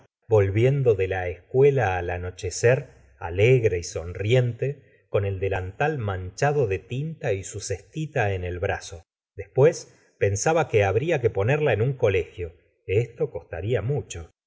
volviendo de la escuela al anochecer alegre y sonriente con el delantal manchado de tinta y su cestita en el brazo después pensaba que habria que ponerla en un colegio esto costaría mucho